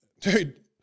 Dude